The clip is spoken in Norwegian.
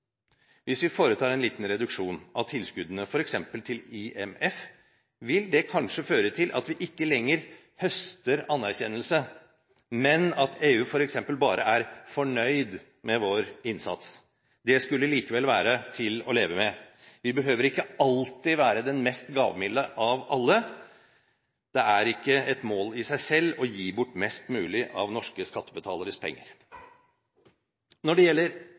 Hvis vi foretar en liten reduksjon av tilskuddene, f.eks. til IMF, vil det kanskje føre til at vi ikke lenger høster anerkjennelse, men at EU f.eks. bare er fornøyd med vår innsats. Det skulle likevel være til å leve med. Vi behøver ikke alltid være den mest gavmilde av alle. Det er ikke et mål i seg selv å gi bort mest mulig av norske skattebetaleres penger. Når det gjelder